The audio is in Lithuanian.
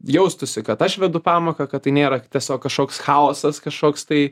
jaustųsi kad aš vedu pamoką kad tai nėra tiesiog kažkoks chaosas kažkoks tai